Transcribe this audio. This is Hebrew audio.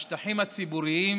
השטחים הציבוריים,